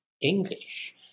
English